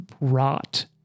rot